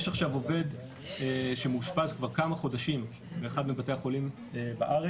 יש עכשיו עובד שמאושפז כבר כמה חודשים באחד מבתי החולים בארץ,